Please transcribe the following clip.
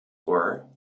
were